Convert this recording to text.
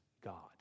God